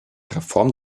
reform